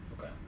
Okay